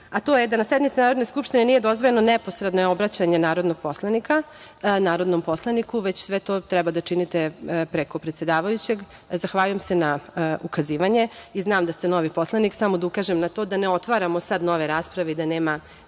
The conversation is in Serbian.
a to je da na sednici Narodne skupštine nije dozvoljeno neposredno obraćanje narodnog poslanika narodnom poslaniku, već sve to treba da činite preko predsedavajućeg. Zahvaljujem se na ukazivanje i znam da ste novi poslanik, samo da ukažem na to da ne otvaramo sad nove rasprave i da nema